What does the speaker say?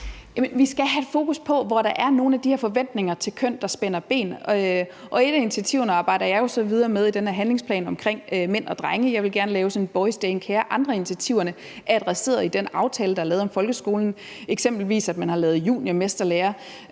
Vi skal have fokus på, hvor der er nogle af de her forventninger til køn, der spænder ben. Et af initiativerne arbejder jeg jo så videre med i den her handlingsplan om mænd og drenge. Jeg vil gerne lave sådan en »Boys' Day in Care«. Og andre af initiativerne er adresseret i den aftale, der er lavet om folkeskolen. Eksempelvis har man lavet juniormesterlære.